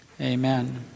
Amen